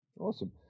Awesome